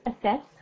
assess